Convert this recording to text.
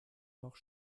noch